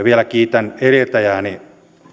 vielä kiitän edeltäjääni